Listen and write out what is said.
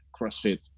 CrossFit